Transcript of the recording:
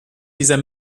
dieser